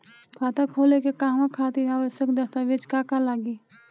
खाता खोले के कहवा खातिर आवश्यक दस्तावेज का का लगी?